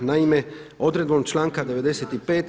Naime, odredbom članka 95.